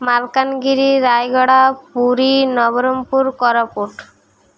Malkangiri Rayagada Puri Nabarangpur Koraput